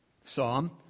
psalm